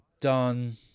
done